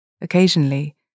occasionally